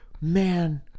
Man